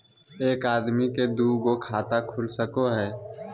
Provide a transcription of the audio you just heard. एक आदमी के दू गो खाता खुल सको है?